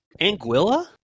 Anguilla